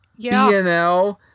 bnl